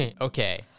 Okay